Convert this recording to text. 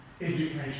education